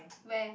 where